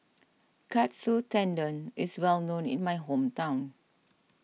Katsu Tendon is well known in my hometown